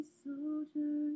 soldier